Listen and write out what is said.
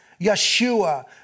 Yeshua